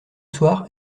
soir